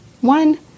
One